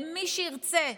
למי שירצה,